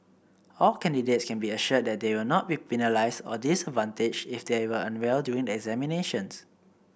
all candidates can be assured that they will not be penalised or disadvantaged if they were unwell during the examinations